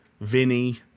Vinny